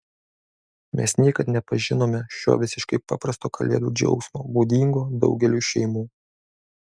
mes niekad nepažinome šio visiškai paprasto kalėdų džiaugsmo būdingo daugeliui šeimų